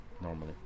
normally